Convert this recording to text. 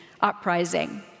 uprising